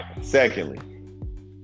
secondly